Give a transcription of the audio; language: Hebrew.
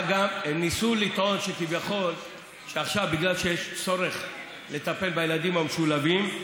ניסו לטעון שבגלל שיש צורך לטפל בילדים המשולבים,